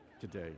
today